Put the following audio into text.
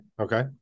Okay